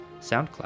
SoundCloud